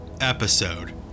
episode